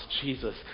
Jesus